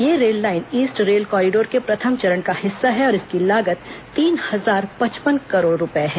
यह rail line east rail corridor के प्रथम चरण का हिस्सा है और इसकी लागत तीन हजार पचपन करोड़ रूपये है